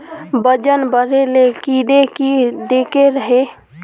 वजन बढे ले कीड़े की देके रहे?